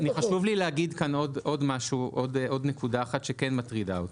חשוב לי להגיד עוד נקודה אחת שכן מטרידה אותי.